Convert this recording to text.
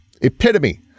epitome